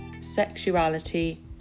sexuality